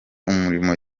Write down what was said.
umurimo